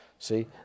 See